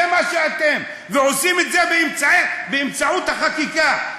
זה מה שאתם, ועושים את זה באמצעות החקיקה.